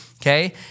okay